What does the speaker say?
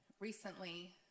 recently